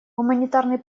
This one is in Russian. гуманитарный